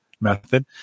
method